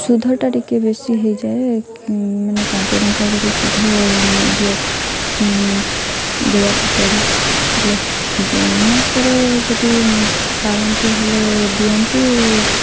ସୁଧଟା ଟିକେ ବେଶୀ ହେଇଯାଏ ମାନେ ପାଞ୍ଚ ଟଙ୍କା କରି ସୁଧ ଇଏ ଦେବାକୁ ପଡ଼େ ହେଲେ ଯେଉଁ ମାସରେ ଯଦି ପାରନ୍ତି ହେଲେ ଦିଅନ୍ତି